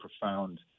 profound